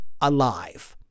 alive